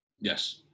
Yes